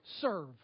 Serve